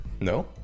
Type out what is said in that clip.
No